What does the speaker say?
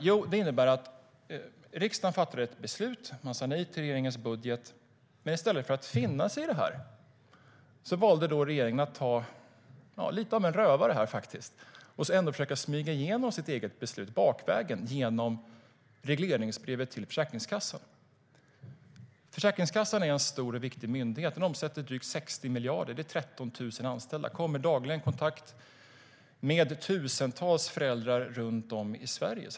Jo, det innebär att riksdagen fattade ett beslut. Man sa nej till regeringens budget. Men i stället för att finna sig i det valde regeringen att faktiskt ta lite av en rövare och ändå försöka smyga igenom sitt eget beslut bakvägen, genom regleringsbrevet till Försäkringskassan.Försäkringskassan är en stor och viktig myndighet. Den omsätter drygt 60 miljarder. Det är 13 000 anställda. De kommer dagligen i kontakt med tusentals föräldrar runt om i Sverige.